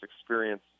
experience